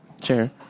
chair